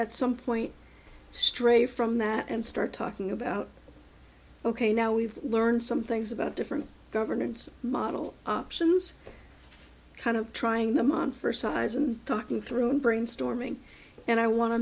at some point stray from that and start talking about ok now we've learned some things about different governance model options kind of trying them on for size i'm talking through brainstorming and i want to